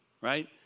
right